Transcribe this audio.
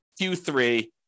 Q3